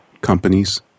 companies